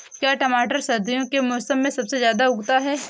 क्या टमाटर सर्दियों के मौसम में सबसे अच्छा उगता है?